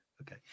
Okay